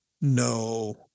no